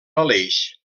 aleix